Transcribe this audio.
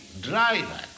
driver